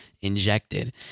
injected